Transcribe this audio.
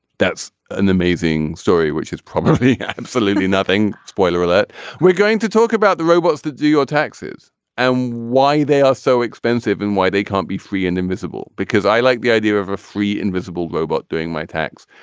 that's an amazing story which is probably absolutely nothing. spoiler alert we're going to talk about the robots that do your taxes and why they are so expensive and why they can't be free and invisible. because i like the idea of a free invisible go about doing my tax.